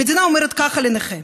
המדינה אומרת ככה לנכה: